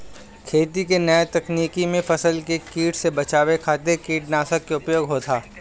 खेती के नया तकनीकी में फसल के कीट से बचावे खातिर कीटनाशक के उपयोग होत ह